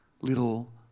little